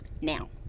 Now